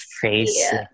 face